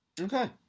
Okay